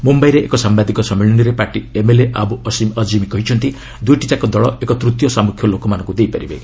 ମୁମ୍ବାଇରେ ଏକ ସାମ୍ବାଦିକ ସମ୍ମିଳନୀରେ ପାର୍ଟି ଏମ୍ଏଲ୍ଏ ଆବୁ ଅସୀମ୍ ଆକ୍ମୀ କହିଛନ୍ତି ଦ୍ରଇଟିଯାକ ଦଳ ଏକ ତୂତୀୟ ସାମ୍ମଖ୍ୟ ଲୋକମାନଙ୍କୁ ଦେଇପାରିବେ